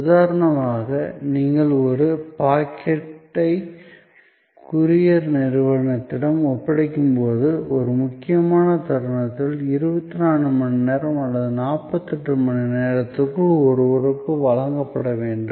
உதாரணமாக நீங்கள் ஒரு பாக்கெட்டை கூரியர் நிறுவனத்திடம் ஒப்படைக்கும் போது ஒரு முக்கியமான தருணத்தில் 24 மணிநேரம் அல்லது 48 மணி நேரத்திற்குள் ஒருவருக்கு வழங்கப்பட வேண்டும்